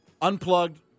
Unplugged